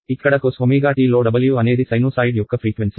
ఇక్కడ Cos లో w అనేది సైనూసాయిడ్ యొక్క ఫ్రీక్వెన్సీ